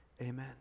amen